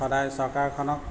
সদায় চৰকাৰখনক